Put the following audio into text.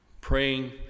praying